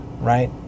right